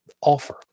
offer